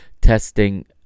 testing